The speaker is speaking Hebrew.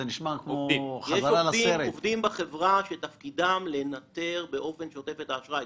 יש עובדים בחברה שתפקידם לנטר באופן שוטף את האשראי.